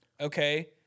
Okay